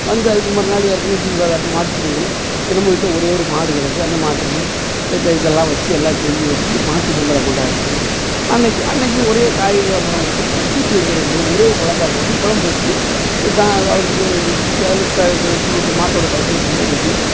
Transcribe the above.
வந்து அதுக்கு மறுநாள் ஏற்கனவே லீவாக தான் இருக்கும் மாட்டுப்பொங்கல் என்னமோ வீட்டில் ஒரே ஒரு மாடு கடக்கு அந்த மாட்டுக்கு இந்த இதெல்லாம் வச்சு எல்லாம் செஞ்சி வச்சு மாட்டு பொங்கலை கொண்டாடுறது அன்னைக்கு அன்னைக்கு ஒரே காய்கறிகளை அப்புறம் வெட்டி கூ கூட்டு வைக்கிறது கிடையாது ஒரே குழம்பா போட்டு குழம்பு வச்சு அவருக்கு அதில் மாட்டோட கழுத்துல துண்டை கட்டி